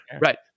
right